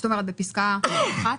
כלומר בפסקה (1).